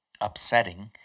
upsetting